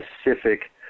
specific